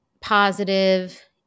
positive